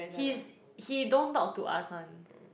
he's he don't talk to us [one]